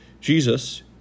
Jesus